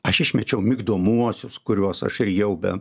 aš išmečiau migdomuosius kuriuos aš rijau be